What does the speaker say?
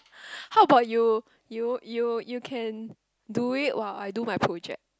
how about you you you you can do it while I do my project